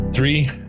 Three